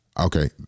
Okay